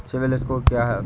CIBIL score क्या है?